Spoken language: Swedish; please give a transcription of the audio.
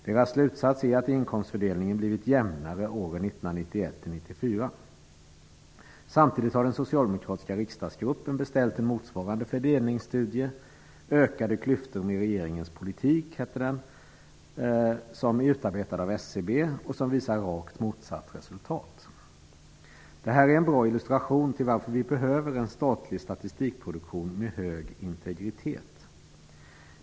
Deras slutsats är att inkomstfördelningen blivit jämnare åren 1991-- Samtidigt har den socialdemokratiska riksdagsgruppen beställt en motsvarande fördelningsstudie -- ''Ökade klyftor med regeringens politik'', heter den -- som är utarbetad av SCB och som visar rakt motsatt resultat. Det här är en bra illustration till att vi behöver en statlig statistikproduktion med hög integritet.